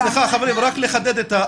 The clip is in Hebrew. דמוקרטיים.